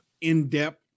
in-depth